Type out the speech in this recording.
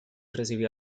recibió